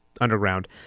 underground